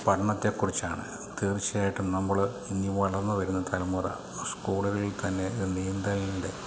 പഠനത്തെക്കുറിച്ചാണ് തീർച്ചയായിട്ടും നമ്മൾ ഇനി വളർന്നുവരുന്ന തലമുറ സ്കൂളുകളിൽ തന്നെ നീന്തലിൻ്റെ